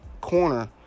corner